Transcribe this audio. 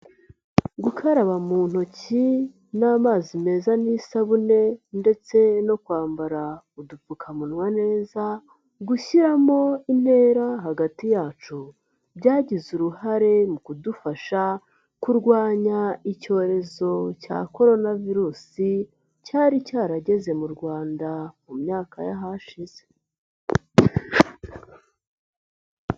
Gukaraba mu ntoki n'amazi meza n'isabune ndetse no kwambara udupfukamunwa neza, gushyiramo intera hagati yacu, byagize uruhare mu kudufasha kurwanya icyorezo cya coronavisi, cyari cyarageze mu Rwanda mu myaka yahashize.